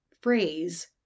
phrase